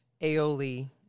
aioli